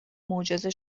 معجزه